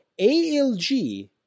ALG